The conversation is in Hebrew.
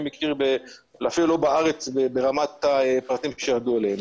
מכיר בארץ ברמת הפרטים שירדו אליהם.